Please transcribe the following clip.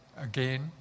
again